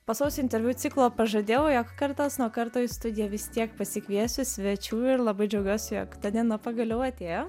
po sausio interviu ciklo pažadėjau jog kartas nuo karto į studiją vis tiek pasikviesiu svečių ir labai džiaugiuosi jog ta diena pagaliau atėjo